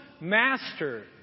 master